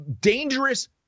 Dangerous